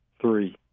Three